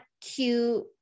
cute